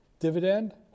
Dividend